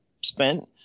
spent